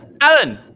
Alan